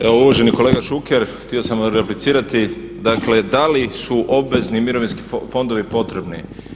Evo uvaženi kolega Šuker htio sam replicirati, dakle da li su obvezni mirovinski fondovi potrebni?